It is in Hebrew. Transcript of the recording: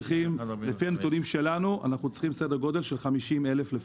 לפי הנתונים שלנו, אנחנו צריכים כ-50,000 לפחות.